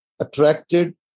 attracted